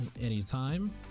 anytime